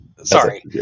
Sorry